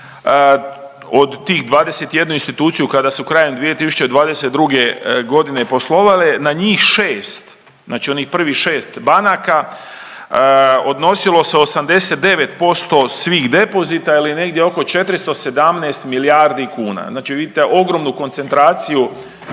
od tih 21 instituciju kada su krajem 2022. godine poslovale na njih 6 znači onih prvih šest banaka odnosilo se 89% svih depozita ili negdje oko 417 milijardi kuna. Znači vidite ogromnu koncentraciju